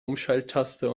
umschalttaste